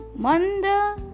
Manda